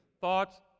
thoughts